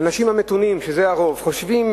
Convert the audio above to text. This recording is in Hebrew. האנשים המתונים, שזה הרוב, חושבים